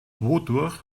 wodurch